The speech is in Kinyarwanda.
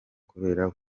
kubera